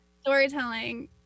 storytelling